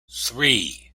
three